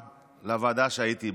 לוועדה שהייתי בה.